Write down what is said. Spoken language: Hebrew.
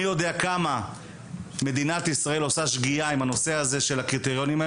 אני יודע כמה מדינת ישראל עושה שגיאה עם הנושא של הקריטריונים.